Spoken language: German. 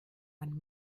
man